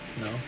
No